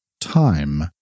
time